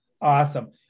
Awesome